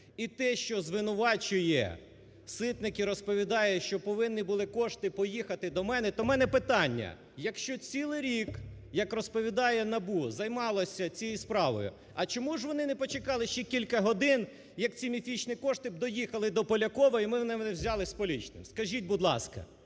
І те, що звинувачує Ситник і розповідає, що повинні були кошти поїхати до мене, то в мене питання. Якщо цілий рік, як розповідає НАБУ, займалося цією справою, а чому ж вони не почекали ще кілька годин, як ці міфічні кошти б доїхали до Полякова і вони мене взяли з полічним, скажіть, будь ласка?